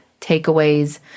takeaways